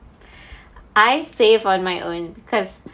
I save on my own cause